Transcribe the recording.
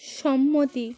সম্মতি